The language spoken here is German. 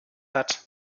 hat